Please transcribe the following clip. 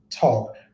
talk